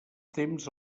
temps